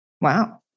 Wow